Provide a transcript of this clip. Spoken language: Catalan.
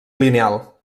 lineal